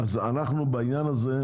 אז מה הטעם בהעדפה?